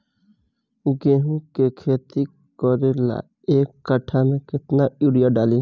गेहूं के खेती करे ला एक काठा में केतना युरीयाँ डाली?